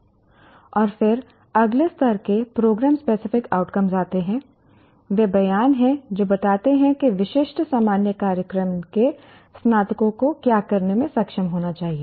और फिर अगले स्तर के प्रोग्राम स्पेसिफिक आउटकम्स आते हैं वे बयान हैं जो बताते हैं कि विशिष्ट सामान्य कार्यक्रम के स्नातकों को क्या करने में सक्षम होना चाहिए